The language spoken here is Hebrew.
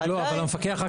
אבל המפקח רק